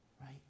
Right